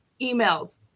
emails